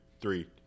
three